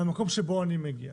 במקום שבו אני מגיע,